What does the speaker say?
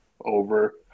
over